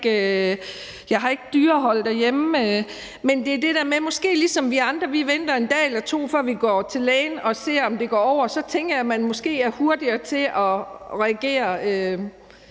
Jeg har ikke dyrehold derhjemme, men det er måske ligesom det med, at vi venter en dag eller to, før vi går til lægen, for at se, om det går over. Og så tænker jeg, at man måske er hurtigere til at reagere,